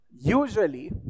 Usually